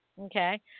Okay